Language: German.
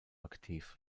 aktiv